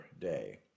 day